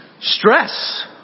Stress